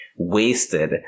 wasted